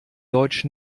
deutsch